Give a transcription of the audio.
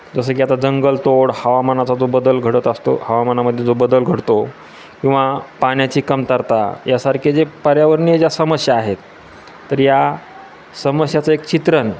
जसं की आता जंगल तोड हवामानाचा जो बदल घडत असतो हवामानामध्ये जो बदल घडतो किंवा पाण्याची कमतरता यासारखे जे पर्यावरणीय ज्या समस्या आहेत तर या समस्यांचं एक चित्रण